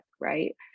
right